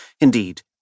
indeed